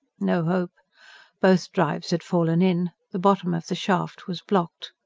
no hope both drives had fallen in the bottom of the shaft was blocked.